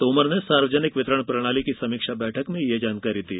तोमर ने सार्वजनिक वितरण प्रणाली की समीक्षा बैठक में यह जानकारी दी